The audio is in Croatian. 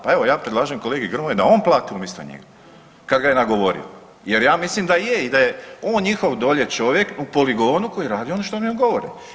Pa evo ja predlažem kolegi Grmoji da on plati umjesto njega, kad ga je nagovorio jer ja mislim da je i da je on njihov dolje čovjek u poligonu koji radi ono što mu oni govore.